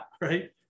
right